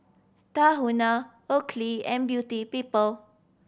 Tahuna Oakley and Beauty People